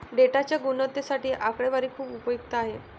डेटाच्या गुणवत्तेसाठी आकडेवारी खूप उपयुक्त आहे